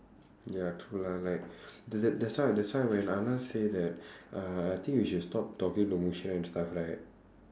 ya true lah like that that that's why that's why when anand say that uh I think we should stop talking to and stuff right